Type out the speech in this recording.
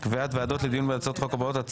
קביעת ועדות לדיון בהצעות החוק הבאות.